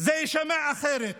זה יישמע אחרת,